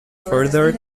further